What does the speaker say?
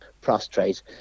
prostrate